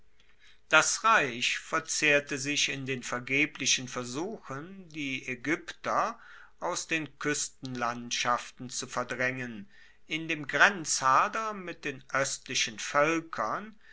das reich verzehrte sich in den vergeblichen versuchen die aegypter aus den kuestenlandschaften zu verdraengen in dem grenzhader mit den oestlichen voelkern